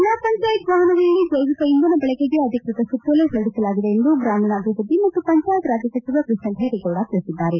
ಜಿಲ್ಲಾ ಪಂಚಾಯತ್ ವಾಪನಗಳಲ್ಲಿ ಜೈವಿಕ ಇಂಧನ ಬಳಕೆಗೆ ಅಧಿಕೃತ ಸುತ್ತೋಲೆ ಹೊರಡಿಸಲಾಗಿದೆ ಎಂದು ಗ್ರಾಮೀಣಾಭಿವೃದ್ಧಿ ಮತ್ತು ಪಂಚಾಯತ್ ರಾಜ್ ಸಚಿವ ಕೃಷ್ಣಬೈರೇಗೌಡ ತಿಳಿಸಿದ್ದಾರೆ